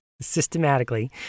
systematically